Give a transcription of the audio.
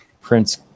prince